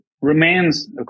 remains